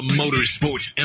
motorsports